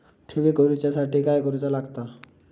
ठेवी करूच्या साठी काय करूचा लागता?